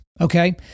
okay